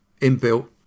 inbuilt